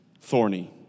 thorny